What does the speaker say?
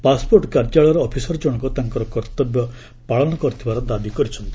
passport କାର୍ଯ୍ୟାଳୟର officer ଜଣକ ତାଙ୍କର କର୍ତ୍ତବ୍ୟ ପାଳନ କରିଥିବାର ଦାବି କରିଛନ୍ତି